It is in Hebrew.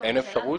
ואין אפשרות?